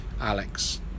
Alex